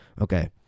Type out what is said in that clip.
Okay